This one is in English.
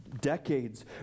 decades